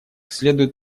следует